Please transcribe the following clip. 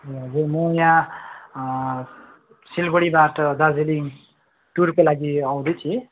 हजुर म यहाँ सिलगडीबाट दार्जिलिङ टुरको लागि आउँदै थिएँ